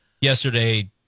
yesterday